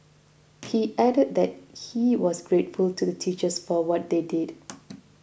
he added that he was grateful to the teachers for what they did